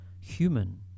human